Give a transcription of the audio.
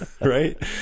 Right